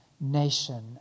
nation